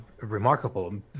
remarkable